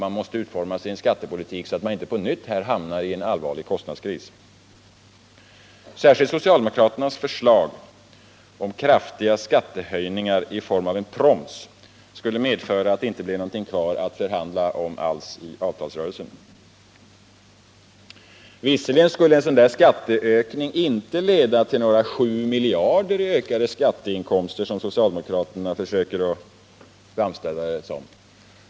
Man måste utforma sin skattepolitik så att man inte på nytt hamnar i en allvarlig kostnadskris. Särskilt socialdemokraternas förslag om kraftiga skattehöjningar i form av en proms skulle medföra att det inte blir någonting kvar att förhandla om i avtalsrörelsen. Visserligen skulle en sådan skatteökning inte ieda till några 7 miljarder i ökade skatteinkomster, som socialdemokraterna försöker att framställa det.